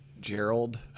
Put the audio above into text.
Gerald